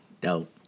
Dope